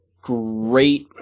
great